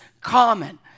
common